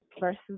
Versus